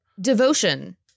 Devotion